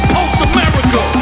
Post-America